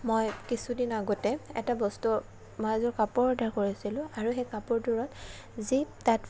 মই কিছুদিন আগতে এটা বস্তু মই এযোৰ কাপোৰ অৰ্ডাৰ কৰিছিলোঁ আৰু সেই কাপোৰযোৰত যি তাত